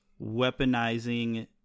weaponizing